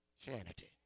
sanity